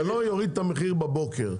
זה לא יוריד את המחיר בבוקר,